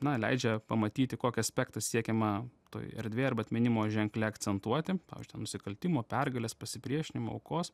na leidžia pamatyti kokį aspektą siekiama toj erdvėj arba atminimo ženkle akcentuoti pavyzdžiui ten nusikaltimo pergalės pasipriešinimo kovos